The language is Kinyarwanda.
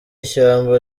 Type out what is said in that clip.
ishyamba